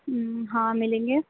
ہاں ملیں گے